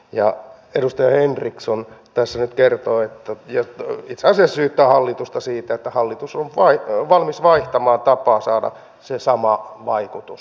ja edustaja henriksson tässä nyt kertoo ja itse asiassa syyttää hallitusta siitä että hallitus on valmis vaihtamaan tapaa saada se sama vaikutus